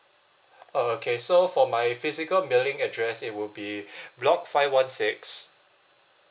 uh okay so for my physical mailing address it would be block five one six